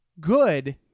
good